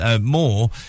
more